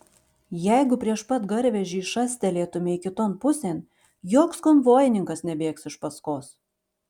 jeigu prieš pat garvežį šastelėtumei kiton pusėn joks konvojininkas nebėgs iš paskos